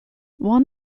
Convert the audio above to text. one